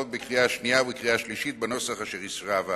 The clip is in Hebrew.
בקריאה שנייה ובקריאה שלישית בנוסח אשר אישרה הוועדה.